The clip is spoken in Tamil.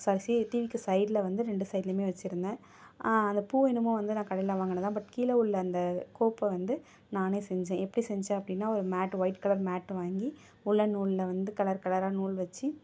ச சி டிவிக்கு சைடில் வந்து ரெண்டு சைட்லையுமே வெச்சுருந்தேன் அந்த பூ என்னமோ வந்து நான் கடையில் வாங்குனதுதான் பட் கீழே உள்ள அந்த கோப்பை வந்து நானே செஞ்சேன் எப்படி செஞ்சேன் அப்படின்னா ஒரு மேட்டு ஒயிட் கலர் மேட்டு வாங்கி உல்லன் நூலில் வந்து கலர் கலராக நூல் வெச்சு